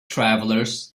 travelers